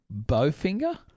Bowfinger